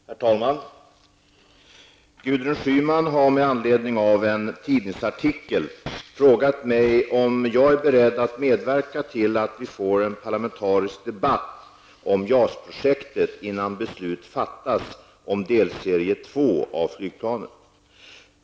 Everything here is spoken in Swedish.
Herr talman! Gudrun Schyman har med anledning av en tidningsartikel frågat mig om jag är beredd att medverka till att vi får en parlamentarisk debatt om JAS-projektet innan beslut fattas om delserie 2 av flygplanen.